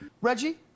Reggie